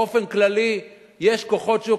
באופן כללי יש כוחות שוק,